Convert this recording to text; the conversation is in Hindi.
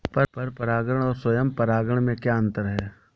पर परागण और स्वयं परागण में क्या अंतर है?